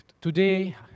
today